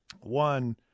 one